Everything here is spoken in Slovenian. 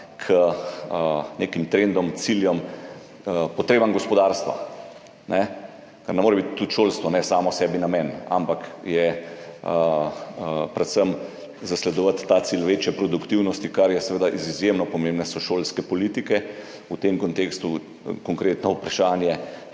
k nekim trendom, ciljem, potrebam gospodarstva, ker ne more biti tudi šolstvo ne samo sebi namen, ampak predvsem zasledovati cilj večje produktivnosti, kjer so seveda izjemno pomembne šolske politike, v tem kontekstu konkretno vprašanje